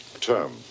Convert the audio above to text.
term